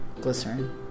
Glycerin